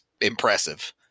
impressive